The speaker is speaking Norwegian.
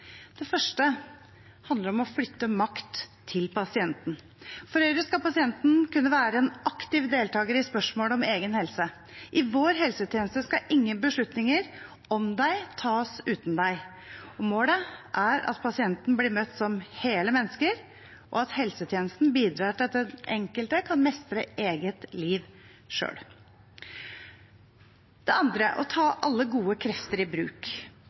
Det første handler om å flytte makt til pasienten. For Høyre skal pasienten kunne være en aktiv deltaker i spørsmålet om egen helse. I vår helsetjeneste skal ingen beslutninger om deg tas uten deg. Målet er at pasientene blir møtt som hele mennesker, og at helsetjenesten bidrar til at den enkelte selv kan mestre eget liv. Det andre er å ta alle gode krefter i bruk,